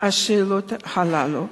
השאלות הללו,